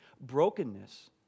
Brokenness